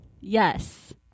yes